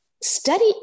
study